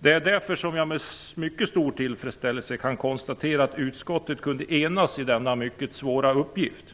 Det är därför som jag med mycket stor tillfredsställelse kan konstatera att utskottet kunde enas i denna mycket svåra uppgift.